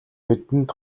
бидэнд